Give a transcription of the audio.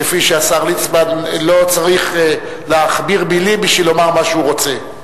כפי שהשר ליצמן לא צריך להכביר מלים בשביל לומר מה שהוא רוצה.